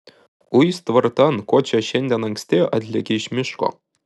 uis tvartan ko čia šiandien anksti atlėkei iš miško